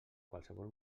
qualsevol